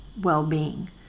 well-being